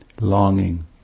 longing